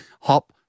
hop